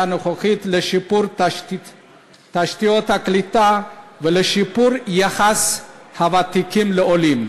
הנוכחית לשיפור תשתיות הקליטה ולשיפור יחס הוותיקים לעולים.